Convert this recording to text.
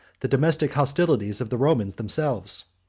the domestic hostilities of the romans themselves.